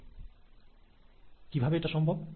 কি ভাবে এটা সম্ভব